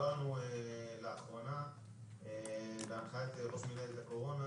תוגברנו לאחרונה בהנחיית ראש מינהלת הקורונה,